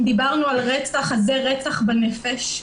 אם דיברנו על רצח, אז זה רצח בנפש.